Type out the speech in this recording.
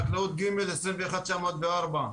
חקלאות ג/21904,